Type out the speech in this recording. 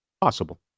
Possible